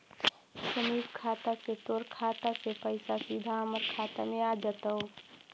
स्वीप खाता से तोर खाता से पइसा सीधा हमर खाता में आ जतउ